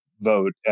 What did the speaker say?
vote